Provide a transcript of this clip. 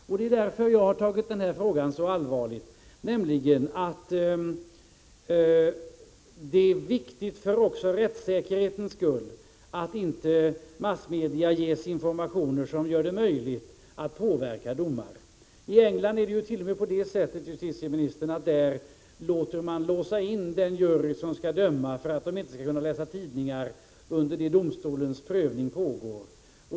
Anledningen till att jag sett så allvarligt på detta är att det även för rättssäkerhetens skull är viktigt att massmedia inte får sådan information som gör det möjligt att påverka domar. I England, justitieministern, låser man t.o.m. in den jury som skall döma för att jurymedlemmarna inte skall kunna läsa tidningar under den tid som domstolens prövning pågår.